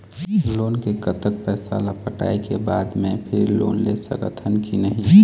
Loan के कतक पैसा ला पटाए के बाद मैं फिर लोन ले सकथन कि नहीं?